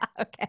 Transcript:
Okay